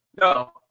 No